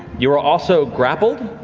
you are also grappled.